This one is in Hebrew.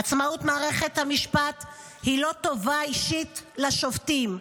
עצמאות מערכת המשפט היא לא טובה אישית לשופטים,